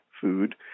food